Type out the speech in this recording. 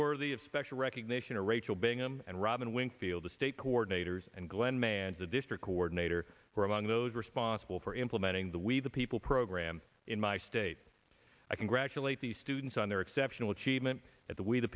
worthy of special recognition to rachel bingham and robin winfield the state coordinators and glen manda district coordinator for among those responsible for implementing the we the people program in my state i congratulate the students on their exceptional achievement at the way the